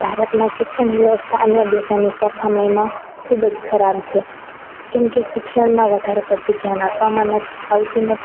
ભારતમાં શિક્ષણ વ્યવસ્થા અન્ય દેશોની સરખામણીમાં ખૂબ જ ખરાબ છે કેમ કે શિક્ષણમાં વધારે પડતું ધ્યાન આપવામાં નથી આવતું નથી